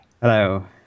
Hello